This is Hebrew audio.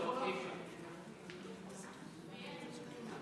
לא, אי-אפשר.